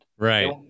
Right